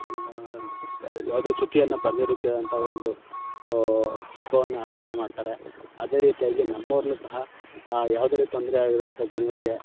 ಯಾವುದೋ ಚ್ಯುತಿಯನ್ನು ಬರದೇ ರೀತಿಯಾದಂಥ ಒಂದು ಹಬ್ಬವನ್ನು ಆಚರಣೆ ಮಾಡ್ತಾರೆ ಅದೇ ರೀತಿಯಾಗಿ ನಮ್ಮೂರಲ್ಲೂ ಸಹ ಯಾವುದೇ ರೀತಿ ತೊಂದರೆ ಆಗದಂತೆ ಜನಗಳಿಗೆ